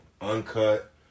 Uncut